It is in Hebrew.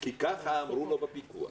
כי ככה אמרו לו בפיקוח.